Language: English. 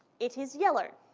it is yellow.